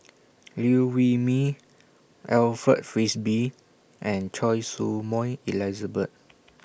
Liew Wee Mee Alfred Frisby and Choy Su Moi Elizabeth